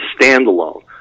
standalone